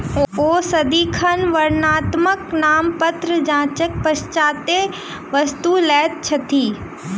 ओ सदिखन वर्णात्मक नामपत्र जांचक पश्चातै वस्तु लैत छथि